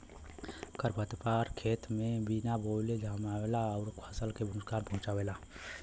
खरपतवार खेते में बिना बोअले जामेला अउर फसल के नुकसान पहुँचावेला